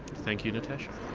thank you natasha.